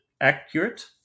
accurate